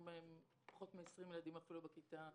פחות מ-20 ילדים בכיתה,